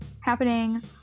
happening